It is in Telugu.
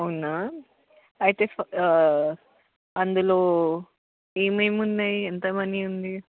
అవునా అయితే అందులో ఏమేమి ఉన్నాయి ఎంత మనీ ఉంది